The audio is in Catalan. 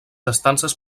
estances